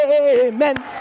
amen